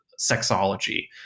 sexology